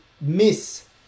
miss